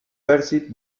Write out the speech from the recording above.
percy